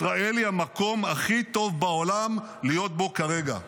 ישראל היא המקום הכי טוב בעולם להיות בו כרגע.